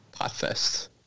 Potfest